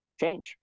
change